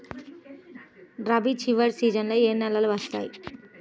రబీ చివరి సీజన్లో ఏ నెలలు వస్తాయి?